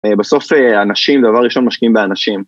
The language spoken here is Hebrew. בסוף אנשים, דבר ראשון משקיעים באנשים.